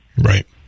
Right